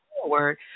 forward